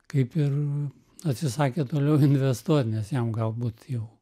kaip ir atsisakė toliau investuot nes jam galbūt jau